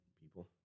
people